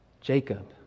Jacob